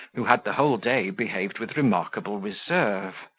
who had the whole day behaved with remarkable reserve.